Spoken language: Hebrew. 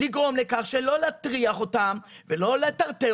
לגרום לכך שלא להטריח אותם ולא לטרטר